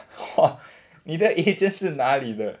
!wah! 你的 agent 是哪里的